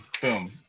boom